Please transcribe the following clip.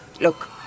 Look